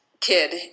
kid